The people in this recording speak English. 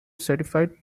certified